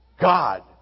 God